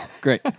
Great